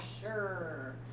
Sure